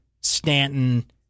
Stanton